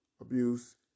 abuse